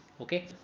Okay